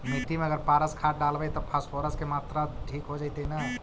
मिट्टी में अगर पारस खाद डालबै त फास्फोरस के माऋआ ठिक हो जितै न?